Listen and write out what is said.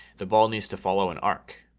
the ball needs to follow an arc.